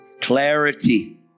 clarity